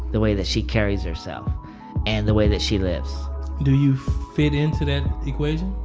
the way that she carries herself and the way that she lives do you fit into that equation?